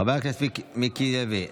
חבר הכנסת מיקי לוי,